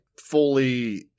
fully